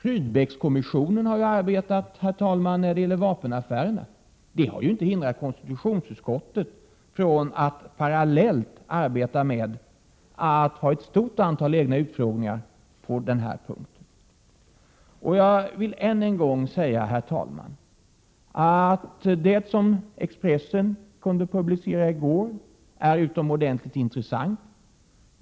Rydbeckskommissionens arbete när det gäller vapenaffärerna har ju, herr talman, inte hindrat konstitutionsutskottet från att parallellt göra ett stort antal egna utfrågningar på den punkten. Jag vill än en gång säga, herr talman, att det som Expressen kunde publicera i går är utomordentligt intressant.